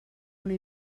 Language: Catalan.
una